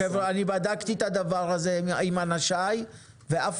אז חבר'ה אני בדקתי את הדבר הזה עם אנשיי ואף